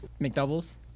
McDoubles